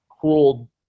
cruel